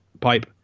pipe